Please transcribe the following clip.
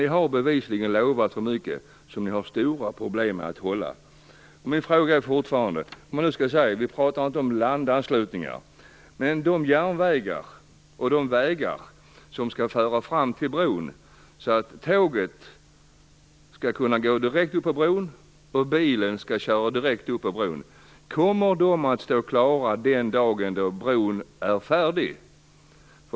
Ni har bevisligen lovat för mycket som ni har stora problem att hålla. Vi pratar inte om landanslutningar nu. Min fråga är fortfarande: Kommer de järnvägar och vägar som skall föra fram till bron så att tåg och bilar skall kunna köra direkt upp på bron att stå klara den dagen då bron är färdig?